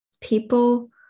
People